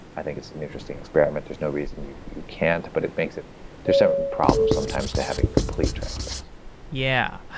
i think it's an interesting experiment. there's no reason you can't, but it makes it there are certain problems sometimes to having a complete transparency yeah.